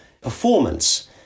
performance